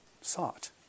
sought